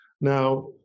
Now